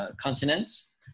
continents